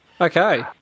Okay